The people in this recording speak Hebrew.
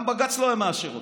גם בג"ץ לא היה מאשר אותו,